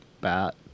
bat